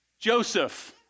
Joseph